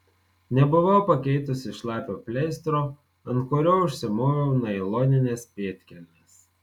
nebuvau pakeitusi šlapio pleistro ant kurio užsimoviau nailonines pėdkelnes